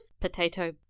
potato